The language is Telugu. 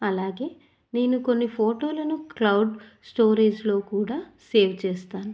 అలాగే నేను కొన్ని ఫోటోలను క్లౌడ్ స్టోరేజ్లో కూడా సేవ్ చేస్తాను